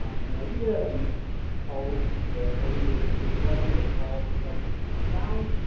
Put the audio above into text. um and the idea, and and paul, the organization givedirectly, that paul has helped found,